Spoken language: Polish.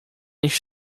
nich